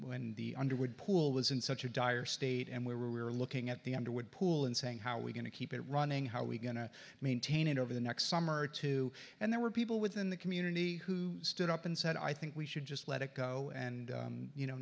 when the underwood pool was in such a dire state and we were looking at the underwood pool and saying how are we going to keep it running how are we going to maintain it over the next summer or two and there were people within the community who stood up and said i think we should just let it go and you know